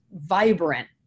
vibrant